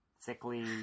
Sickly